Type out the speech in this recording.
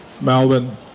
Melbourne